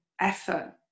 effort